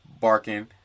barking